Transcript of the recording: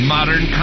Modern